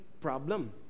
problem